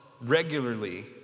regularly